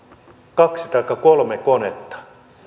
kaksi taikka kolme konetta